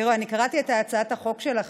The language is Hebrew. תראו, אני קראתי את הצעת החוק שלכם,